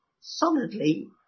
solidly